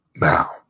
Now